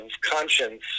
conscience